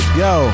yo